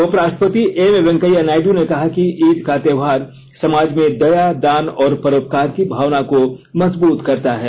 उपराष्ट्रपति एम वैंकेया नायडू ने कहा कि ईद का त्यौहार समाज में दया दान और परोपकार की भावना को मजबूत करता है